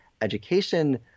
education